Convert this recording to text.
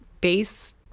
base